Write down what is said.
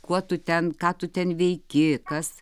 kuo tu ten ką tu ten veiki kas